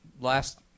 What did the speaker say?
Last